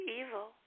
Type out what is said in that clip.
evil